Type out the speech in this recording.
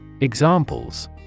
Examples